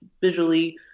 visually